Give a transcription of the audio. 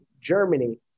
Germany